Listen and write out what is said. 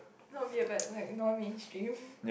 nope we are but like not mainstream